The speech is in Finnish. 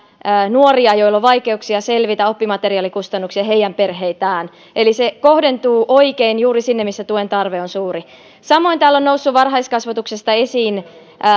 nuoria joilla on vaikeuksia selvitä oppimateriaalikustannuksista ja heidän perheitään eli se kohdentuu oikein juuri sinne missä tuen tarve on suuri samoin täällä ovat nousseet esiin